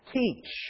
teach